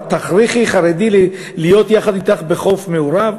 את תכריחי חרדי להיות יחד אתך בחוף מעורב?